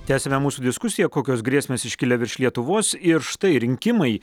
tęsiame mūsų diskusiją kokios grėsmės iškilę virš lietuvos ir štai rinkimai